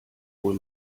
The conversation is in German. wohl